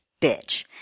bitch